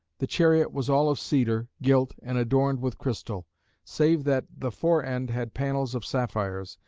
the chariot was all of cedar, gilt, and adorned with crystal save that the fore-end had panels of sapphires,